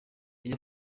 air